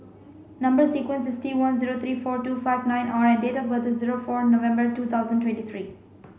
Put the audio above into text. number sequence is T one zero three four two five nine R and date of birth is zero four November two thousand twenty three